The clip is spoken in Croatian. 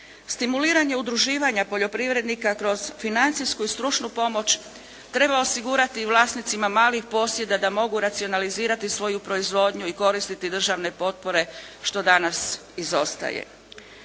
Stimuliranje udruživanja poljoprivrednika kroz financijsku i stručnu pomoć treba osigurati vlasnicima malih posjeda da mogu racionalizirati svoju proizvodnju i koristiti državne potpore što danas izostaje.